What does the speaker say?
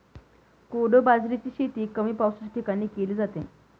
कोडो बाजरीची शेती कमी पावसाच्या ठिकाणी केली जाते